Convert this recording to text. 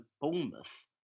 Bournemouth